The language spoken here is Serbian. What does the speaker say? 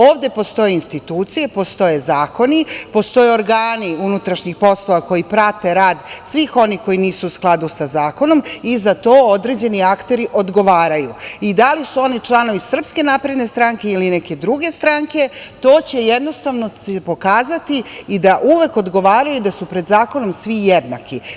Ovde postoje institucije, postoje zakoni, postoje organi unutrašnjih poslova koji prate rad svih onih koji nisu u skladu sa zakonom i za to određeni akteri odgovaraju i da li su oni članovi SNS ili neke druge stranke, to će jednostavno pokazati i da uvek odgovaraju da su pred zakonom svi jednaki.